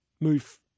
move